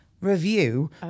Review